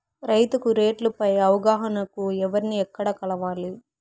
రైతుకు రేట్లు పై అవగాహనకు ఎవర్ని ఎక్కడ కలవాలి?